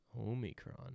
Omicron